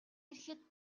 ирэхэд